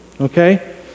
okay